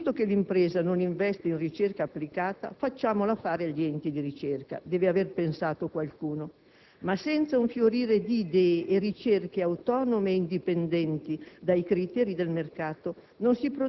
Visto che l'impresa non investe in ricerca applicata facciamola fare agli enti di ricerca, deve aver pensato qualcuno, ma senza un fiorire di idee e ricerche autonome e indipendenti dai criteri del mercato